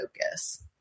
focus